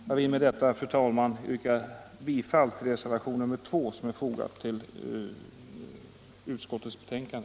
Jag vill med detta, fru talman, yrka bifall till reservationen 2 som är fogad till utskottets betänkande.